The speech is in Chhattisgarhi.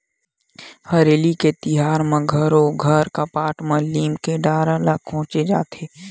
हरेली के तिहार म घरो घर कपाट म लीम के डारा खोचे जाथे